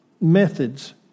methods